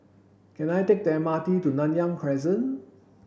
can I take the M R T to Nanyang Crescent